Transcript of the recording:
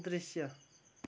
दृश्य